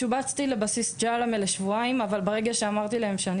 שובצתי לבסיס ג'למה לשבועיים אבל ברגע שאמרתי להם שאני